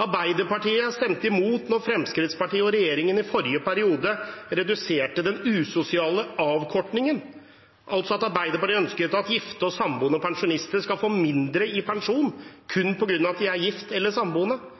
Arbeiderpartiet stemte imot da Fremskrittspartiet og regjeringen i forrige periode reduserte den usosiale avkortningen. Arbeiderpartiet ønsket altså at gifte og samboende pensjonister skulle få mindre i pensjon kun på grunnlag av om de er gift eller samboende.